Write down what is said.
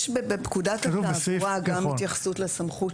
יש בפקודת התעבורה גם התייחסות לסמכות